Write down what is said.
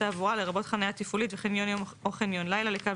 התעבורה לרבות חניה תפעולית וחניון יום או חניון לילה לקו